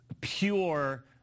pure